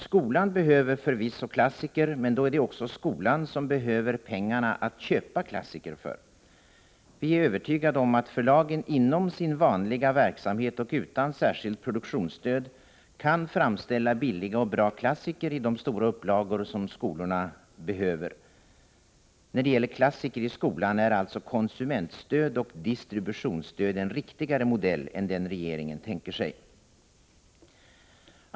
Skolan behöver förvisso klassiker, men då är det också skolan som behöver pengarna att köpa klassiker för. Vi är övertygade om att förlagen inom sin vanliga verksamhet och utan särskilt produktionsstöd kan framställa billiga och bra klassiker i de stora upplagor som skolorna behöver. När det gäller klassiker i skolan är alltså konsumentstöd och distributionsstöd en riktigare modell än den regeringen tänker sig.